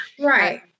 Right